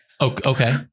Okay